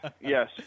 Yes